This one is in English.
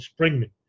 Springman